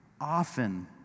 often